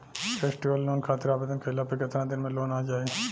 Festival loan खातिर आवेदन कईला पर केतना दिन मे लोन आ जाई?